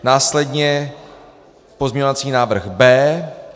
Následně pozměňovací návrh B.